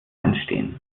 entstehen